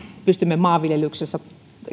pystymme maanviljelyksessä